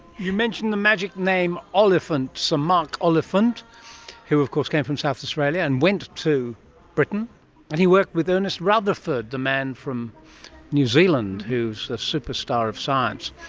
you mentioned the magic name oliphant, sir mark oliphant who of course came from south australia and went to britain and he worked with ernest rutherford, the man from new zealand who's a superstar of science.